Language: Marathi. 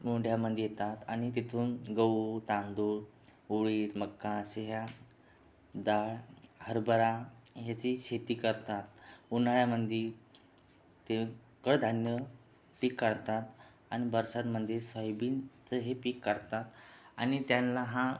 मोंढ्यामधे येतात आणि तिथून गहू तांदूळ कुळीथ मका अशा डाळ हरभरा याची शेती करतात उन्हाळ्यामधे ते कडधान्य पीक काढतात आणि बरसातमधे सोयबिनचं हे पीक काढता आणि त्यांना हा